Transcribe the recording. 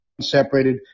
separated